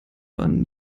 waren